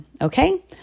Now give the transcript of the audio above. Okay